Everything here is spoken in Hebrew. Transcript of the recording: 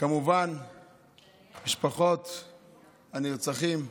כמובן למשפחות הנרצחים.